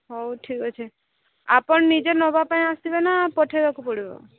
ହଉ ଠିକ୍ ଅଛି ଆପଣ ନିଜେ ନେବାପାଇଁ ଆସିବେ ନା ପଠାଇବାକୁ ପଡ଼ିବ